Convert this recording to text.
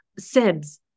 sibs